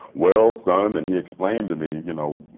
well, son, and he explained to me, you know,